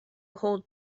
hold